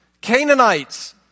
Canaanites